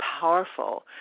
powerful